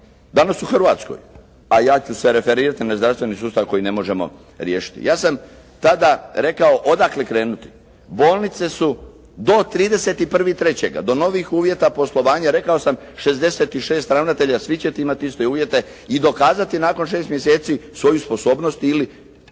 danas u Hrvatskoj, a ja ću se referirati na zdravstveni sustav koji ne možemo riješiti. Ja sam tada rekao odakle krenuti? Bolnice su do 31.3. do novih uvjeta poslovanja rekao sam 66 ravnatelja, svi ćete imati iste uvjete i dokazati nakon 6 mjeseci svoju sposobnost ili